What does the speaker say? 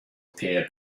appear